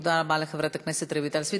תודה רבה לחברת הכנסת רויטל סויד.